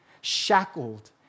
shackled